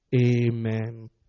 Amen